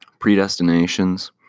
predestinations